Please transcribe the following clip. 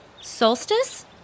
Solstice